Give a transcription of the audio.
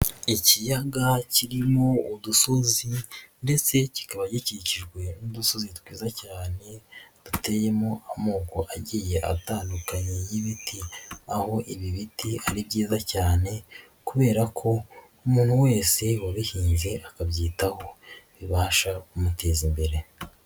Ikiyaga kirimo udusozi ndetse kikaba gikikijwe n'udusozi twiza cyane duteyemo amoko agiye atandukanye y'ibiti, aho ibi biti ari byiza cyane kubera ko umuntu wese wabihinze akabyitaho bibasha kumuteza imbere.